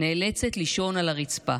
נאלצת לישון על הרצפה.